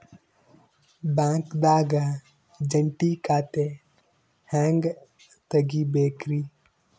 ಬ್ಯಾಂಕ್ದಾಗ ಜಂಟಿ ಖಾತೆ ಹೆಂಗ್ ತಗಿಬೇಕ್ರಿ?